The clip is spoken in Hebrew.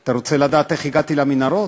אתה רוצה לדעת איך הגעתי למנהרות?